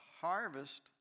harvest